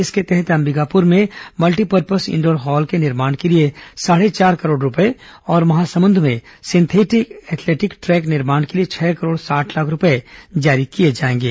इसके तहत अम्बिकापुर में मल्टीपरपज इंडोर हॉल के निर्माण के लिए साढ़े चार करोड़ रूपए और महासमुन्द में सिंथेटिक एथलेटिक ट्रेक निर्माण के लिए छह करोड़ साठ लाख रुपए जारी किए जाएंगे